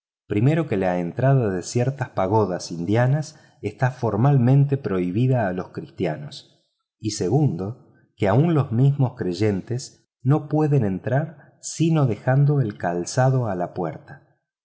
primero que la entrada de ciertas pagodas hindúes está formalmente prohibida a los cristianos y segundo que aun los mismos creyentes no pueden entrar sino dejando el calzado a la puerta